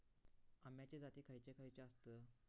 अम्याचे जाती खयचे खयचे आसत?